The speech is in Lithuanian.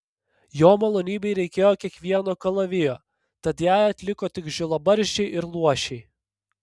jo malonybei reikėjo kiekvieno kalavijo tad jai atliko tik žilabarzdžiai ir luošiai